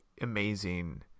amazing